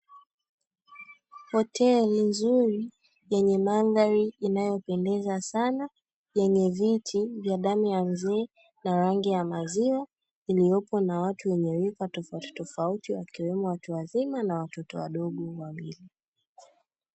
Hoteli nzuri yenye mandhari inayopendeza sana, yenye viti vya damu ya mzee na rangi ya maziwa, iliyopo na watu wenye rika tofautitofauti, wakiwemo watu wazima na watoto wadogo wawili.